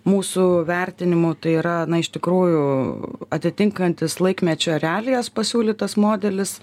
mūsų vertinimu tai yra na iš tikrųjų atitinkantis laikmečio realijas pasiūlytas modelis